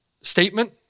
statement